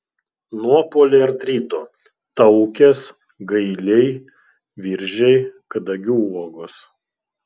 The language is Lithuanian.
nuo poliartrito taukės gailiai viržiai kadagių uogos